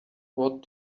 what